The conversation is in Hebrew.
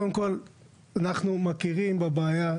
קודם כל אנחנו מכירים בבעיה,